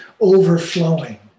overflowing